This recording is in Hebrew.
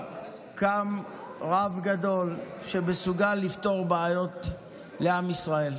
קם רב גדול שמסוגל לפתור בעיות לעם ישראל,